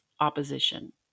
opposition